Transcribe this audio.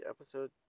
episode